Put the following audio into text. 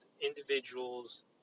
individuals